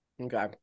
Okay